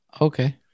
Okay